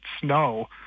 snow